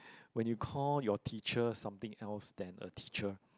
when you call your teacher something else than a teacher